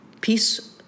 peace